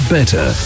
Better